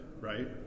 right